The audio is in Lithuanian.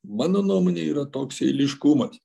mano nuomone yra toks eiliškumas